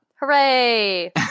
Hooray